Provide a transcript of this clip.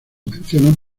mencionan